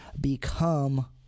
become